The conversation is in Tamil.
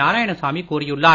நாராயணசாமி கூறியுள்ளார்